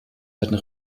werden